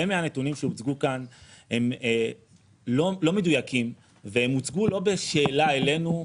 מהנתונים שהוצגו כאן הם לא מדויקים והם הוצגו לא בשאלה אלינו,